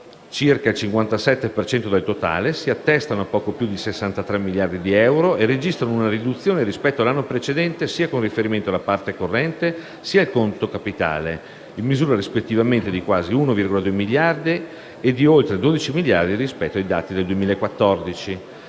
circa il 57 per cento del totale, si attestano a poco più di 63 miliardi di euro e registrano una riduzione rispetto all'anno precedente con riferimento sia alla parte corrente che al conto capitale (in misura, rispettivamente, di quasi 1,2 miliardi e di oltre 12 miliardi rispetto ai dati del 2014).